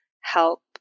help